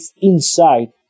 inside